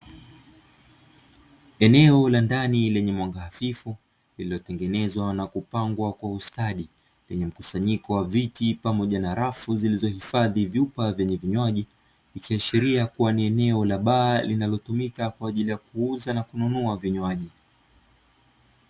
Eneo la ndani lenye mwanga hafifu, lililotengenezwa na kupangwa kwa ustadi, lenye mkusanyiko wa viti pamoja na rafu zilizohifadhi vyupa vyenye vinywaji, likiashiria kuwa ni eneo la baa linalotumika kwa ajili ya kuuza na kununua vinywaji.